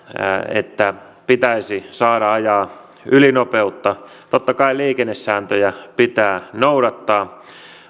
että pitäisi saada ajaa ylinopeutta totta kai liikennesääntöjä pitää noudattaa